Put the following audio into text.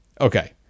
Okay